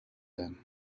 them